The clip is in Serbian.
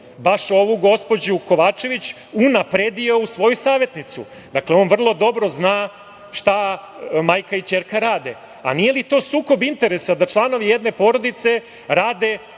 baš ovu gospođu Kovačević unapredio u svoju savetnicu. Dakle, on vrlo dobro zna šta majka i ćerka rade. Zar nije to sukob interesa da članovi jedne porodice rade